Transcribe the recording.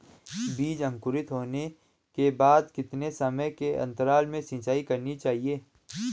बीज अंकुरित होने के बाद कितने समय के अंतराल में सिंचाई करनी चाहिए?